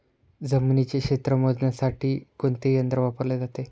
जमिनीचे क्षेत्र मोजण्यासाठी कोणते यंत्र वापरले जाते?